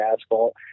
asphalt